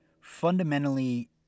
fundamentally